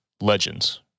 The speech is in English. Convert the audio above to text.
Legends